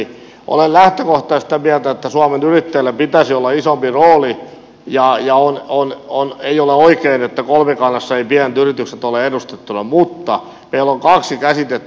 olen lähtökohtaisesti sitä mieltä että suomen yrittäjillä pitäisi olla isompi rooli ja ei ole oikein että kolmikannassa eivät pienet yritykset ole edustettuina mutta meillä on kaksi käsitettä